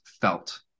felt